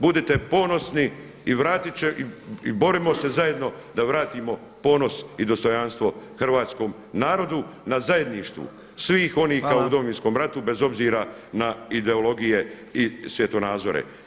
Budite ponosni i borimo se zajedno da vratimo ponos i dostojanstvo hrvatskom narodu na zajedništvu svih onih u Domovinskom ratu [[Upadica Jandroković: Hvala.]] bez obzira na ideologije i svjetonazore.